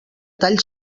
tall